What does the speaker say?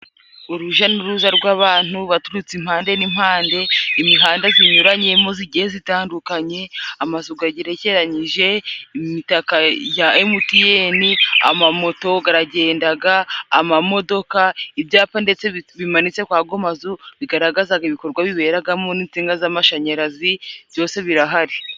Uruja n'uruza rw'abantu baturutse impande n'impande, imihanda zinyuranyemo zigiye zitandukanye, amazu gagerekeranyije, imitaka ya emutiyene, amamoto garagendaga, amamodoka, ibyapa ndese bimanitse kuri ago mazu, bigaragazaga ibikorwa biberagamo n'insinga z'amashanyarazi byose birahari.